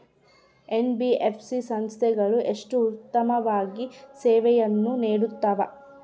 NBFC ಸಂಸ್ಥೆಗಳು ಎಷ್ಟು ಉತ್ತಮವಾಗಿ ಸೇವೆಯನ್ನು ನೇಡುತ್ತವೆ?